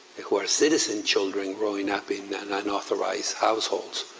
who are citizen children growing up in unauthorized households,